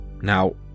Now